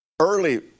early